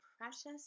precious